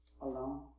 Alone